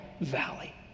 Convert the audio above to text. valley